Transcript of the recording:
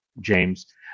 James